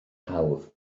hawdd